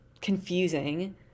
confusing